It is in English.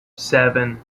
seven